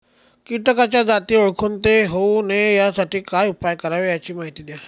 किटकाच्या जाती ओळखून ते होऊ नये यासाठी काय उपाय करावे याची माहिती द्या